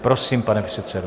Prosím, pane předsedo.